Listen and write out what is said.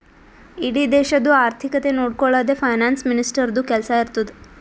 ಇಡೀ ದೇಶದು ಆರ್ಥಿಕತೆ ನೊಡ್ಕೊಳದೆ ಫೈನಾನ್ಸ್ ಮಿನಿಸ್ಟರ್ದು ಕೆಲ್ಸಾ ಇರ್ತುದ್